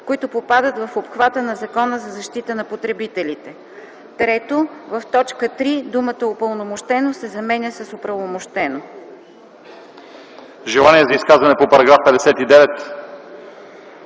които попадат в обхвата на Закона за защита на потребителите;”. 3. В т. 3 думата „упълномощено” се заменя с „оправомощено”.”